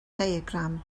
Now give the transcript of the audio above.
diagram